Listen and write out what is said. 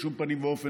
איך אפשר?